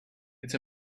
it’s